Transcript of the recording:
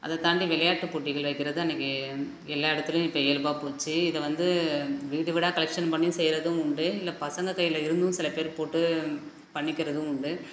அதைத் தாண்டி விளையாட்டு போட்டிகள் வைக்கிறதும் அன்றைக்கி எல்லா இடத்துலையும் இப்போ இயல்பாக போச்சு இதை வந்து வீடு வீடாக கலெக்ஷன் பண்ணி செய்யுறதும் உண்டு இல்லை பசங்கள் கையில் இருந்தும் சில பேர் போட்டு பண்ணிக்கிறதும் உண்டு